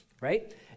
Right